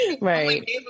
right